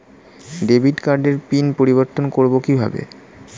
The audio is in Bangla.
ডেবিট কার্ডের পিন পরিবর্তন করবো কীভাবে?